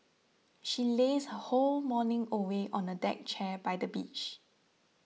she lazed her whole morning away on a deck chair by the beach